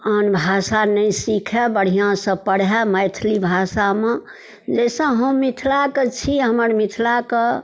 आन भाषा नहि सिखै बढ़िआँसँ पढ़ै मैथिली भाषामे जाहिसँ हम मिथिलाके छी हमर मिथिलाके